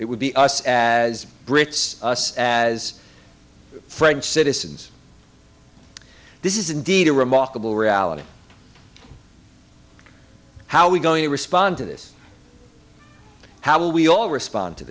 it would be us as brits as french citizens this is indeed a remarkable reality how we going to respond to this how will we all respond to